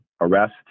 arrest